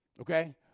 okay